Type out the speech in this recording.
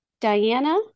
Diana